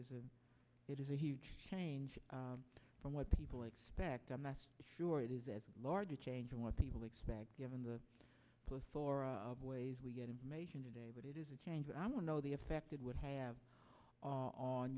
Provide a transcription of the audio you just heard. is a it is a huge change from what people expect i'm not sure it is as large a change in what people expect given the plethora of ways we get information today but it is a change i don't know the effect it would have all on